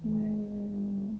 mm